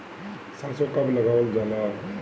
सरसो कब लगावल जाला?